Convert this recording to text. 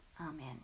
Amen